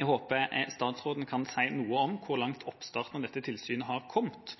Jeg håper statsråden kan si noe om hvor langt oppstarten av dette tilsynet har kommet,